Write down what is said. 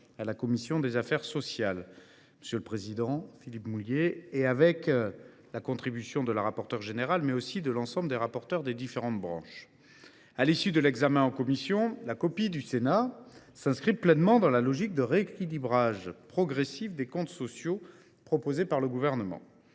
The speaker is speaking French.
de la commission des affaires sociales du Sénat, sous la présidence de Philippe Mouiller et avec la contribution de la rapporteure générale et des rapporteurs des différentes branches. À l’issue de l’examen en commission, la copie du Sénat s’inscrit pleinement dans la logique de rééquilibrage progressif des comptes sociaux proposée par le Gouvernement.